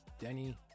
Denny